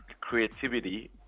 creativity